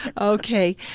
Okay